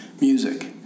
music